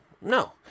No